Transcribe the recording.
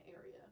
area